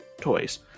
toys